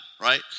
right